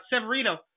Severino